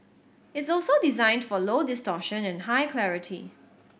it's also designed for low distortion and high clarity